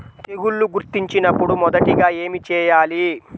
తెగుళ్లు గుర్తించినపుడు మొదటిగా ఏమి చేయాలి?